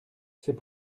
c’est